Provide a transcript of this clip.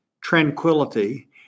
tranquility